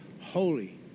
holy